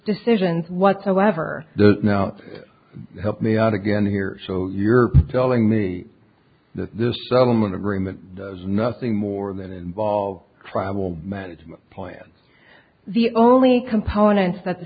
decisions whatsoever now to help me out again here so you're telling me that this settlement agreement does nothing more than involve travel management plans the only components that the